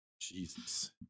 Jesus